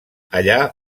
allà